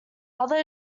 other